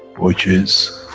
which is,